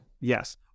Yes